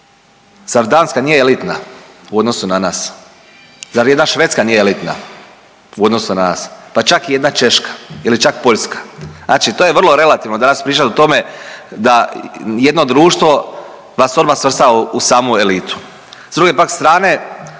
zar Danska nije elitna u odnosu na nas, zar jedna Švedska nije elitna u odnosu na nas, pa čak i jedna Češka ili čak Poljska? Znači to je vrlo relativno danas pričat o tome da jedno društvo vas odmah svrstava u samu elitu. S druge pak strane